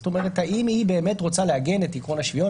זאת אומרת האם היא באמת רוצה לעגן את עיקרון השוויון,